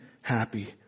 happy